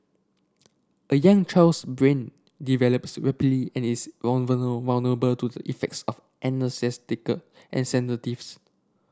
a young child's brain develops rapidly and is to the effects of and sedatives